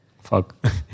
Fuck